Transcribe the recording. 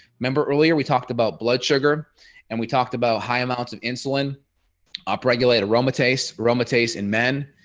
remember earlier we talked about blood sugar and we talked about high amounts of insulin upregulate aromatase, aromatase in men.